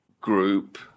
group